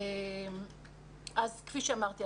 כפי שאמרתי,